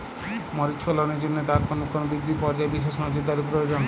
মরিচ ফলনের জন্য তার কোন কোন বৃদ্ধি পর্যায়ে বিশেষ নজরদারি প্রয়োজন?